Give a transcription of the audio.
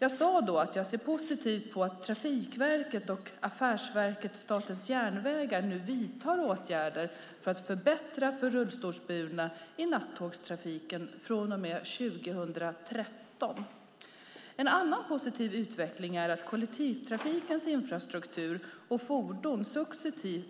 Jag sade då att jag ser positivt på att Trafikverket och affärsverket Statens järnvägar nu vidtar åtgärder för att förbättra för rullstolsburna i nattågstrafiken från och med 2013. En annan positiv utveckling är att kollektivtrafikens infrastruktur och fordon